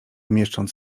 mieszcząc